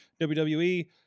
WWE